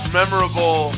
memorable